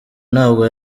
ntabwo